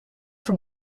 for